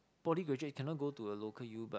poly graduate cannot go to a local U but